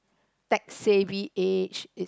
text savvy age is